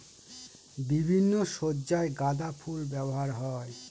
বিভিন্ন সজ্জায় গাঁদা ফুল ব্যবহার হয়